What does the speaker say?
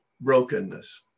brokenness